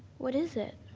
what is it?